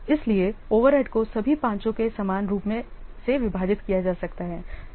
इसलिए ओवरहेड को सभी पाँचों में समान रूप से विभाजित किया जा सकता है